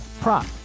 prop